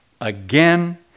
again